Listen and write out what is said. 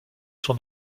son